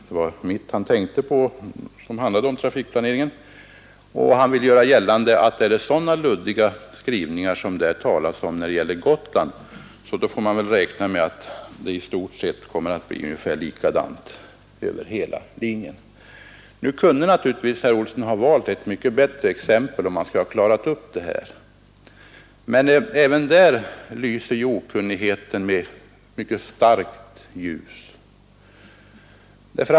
Det var mitt pressmeddelande om trafikplaneringen som herr Olsson tänkte på, och han vill göra gällande att är det sådana luddiga skrivningar som när det gäller Gotland får man räkna med att det i stort sett kommer att bli likadant över hela landet. Nu kunde herr Olsson naturligtvis ha valt ett mycket bättre exempel, men även nu lyser okunnigheten i ett mycket starkt ljus.